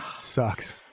Sucks